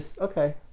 Okay